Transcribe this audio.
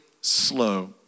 slow